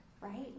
right